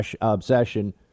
obsession